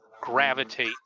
gravitate